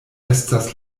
estas